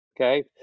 Okay